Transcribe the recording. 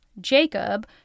Jacob